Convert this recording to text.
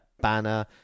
banner